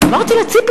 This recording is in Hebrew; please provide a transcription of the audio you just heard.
אמרתי לה: ציפי,